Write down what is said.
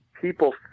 people